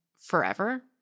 forever